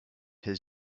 has